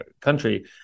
country